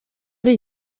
ari